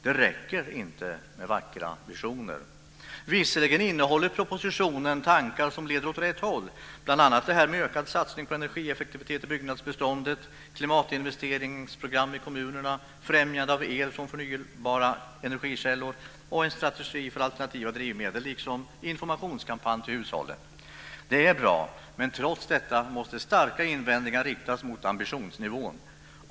Det räcker inte med vackra visioner. Visserligen innehåller propositionen tankar som leder åt rätt håll, bl.a. ökad satsning på energieffektivitet i byggnadsbeståndet, klimatinvesteringsprogram i kommunerna, främjande av el från förnybara energikällor och en strategi för alternativa drivmedel, liksom informationskampanj till hushållen. Det är bra. Trots detta måste starka invändningar riktas mot ambitionsnivån.